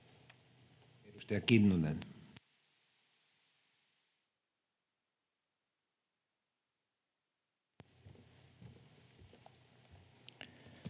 Edustaja Kinnunen.